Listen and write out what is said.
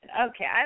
okay